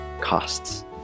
costs